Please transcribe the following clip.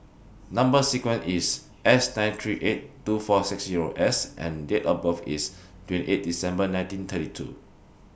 Number sequence IS S nine three eight two four six Zero S and Date of birth IS twenty eight December nineteen thirty two